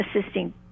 assisting